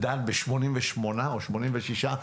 בן אדם אחד,